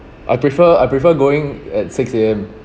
I prefer I prefer going at six A_M